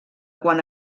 quan